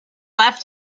left